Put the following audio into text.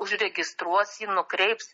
užregistruos jį nukreips